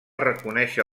reconèixer